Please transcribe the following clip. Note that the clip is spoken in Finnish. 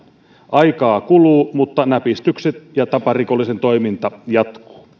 aikaa kuluu mutta näpistykset ja taparikollisen toiminta jatkuvat